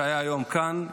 שהיה היום כאן,